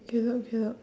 caleb caleb